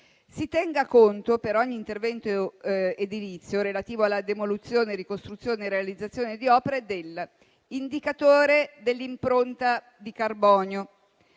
si tenga conto per ogni intervento edilizio relativo alla demolizione, ricostruzione e realizzazione di opere dell'indicatore dell'impronta di carbonio